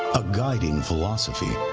a guiding philosophy